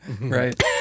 Right